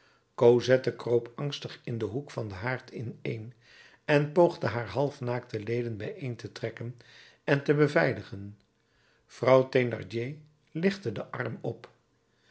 cosette kroop angstig in den hoek van den haard ineen en poogde haar halfnaakte leden bijeen te trekken en te beveiligen vrouw thénardier lichtte den arm op